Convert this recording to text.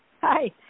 Hi